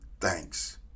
thanks